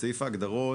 בסעיף ההגדרות,